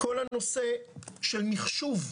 כל הנושא של מחשוב,